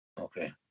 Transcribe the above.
Okay